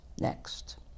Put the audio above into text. next